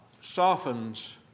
softens